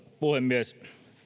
puhemies